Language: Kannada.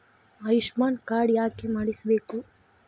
ಆಯುಷ್ಮಾನ್ ಕಾರ್ಡ್ ಯಾಕೆ ಮಾಡಿಸಬೇಕು?